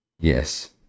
Yes